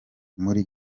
muri